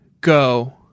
go